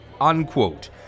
unquote